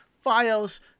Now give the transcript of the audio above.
Files